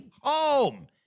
home